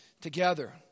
together